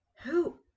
Who